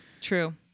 True